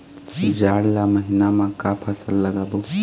जाड़ ला महीना म का फसल लगाबो?